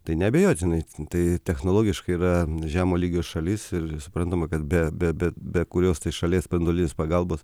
tai neabejot žinai tai technologiškai yra žemo lygio šalis ir suprantama kad be be kurios šalies spindulys pagalbos